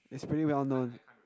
is pretty well known